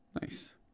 Nice